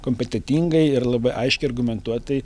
kompetentingai ir labai aiškiai argumentuotai